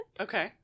okay